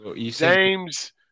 James